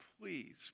please